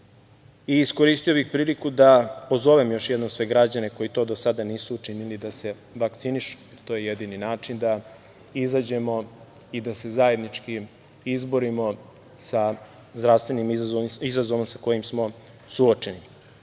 i iskoristio bih priliku da pozovem još jednom sve građane, koji to do sada nisu učinili, da se vakcinišu. To je jedini način da izađemo i da se zajednički izborimo sa zdravstvenim izazovom sa kojim smo suočeni. Posebno,